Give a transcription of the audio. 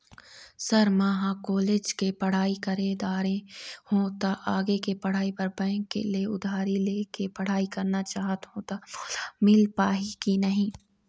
Sir म ह college के पढ़ाई कर दारें हों ता आगे के पढ़ाई बर बैंक ले उधारी ले के पढ़ाई करना चाहत हों ता मोला मील पाही की नहीं?